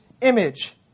image